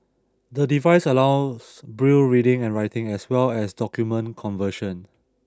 the device allows Braille reading and writing as well as document conversion